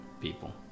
people